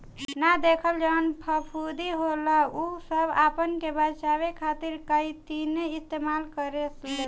ना देखल जवन फफूंदी होला उ सब आपना के बचावे खातिर काइतीने इस्तेमाल करे लसन